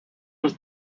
was